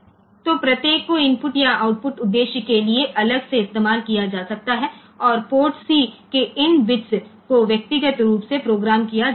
तो प्रत्येक को इनपुट या आउटपुट उद्देश्य के लिए अलग से इस्तेमाल किया जा सकता है और पोर्ट सी के इन बिट्स को व्यक्तिगत रूप से प्रोग्राम किया जा सकता है